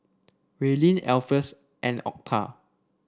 Raelynn Alpheus and Otha